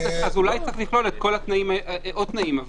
אז אולי צריך לכלול עוד תנאים.